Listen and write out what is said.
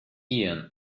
ian